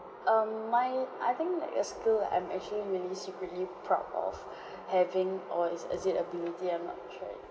um my I think like I still like I'm actually really secretly proud of having or is is it ability I'm not sure